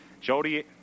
Jody